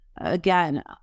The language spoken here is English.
again